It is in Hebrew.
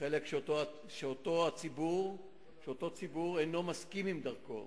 חלק שאותו ציבור אינו מסכים עם דרכו.